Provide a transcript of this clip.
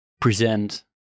present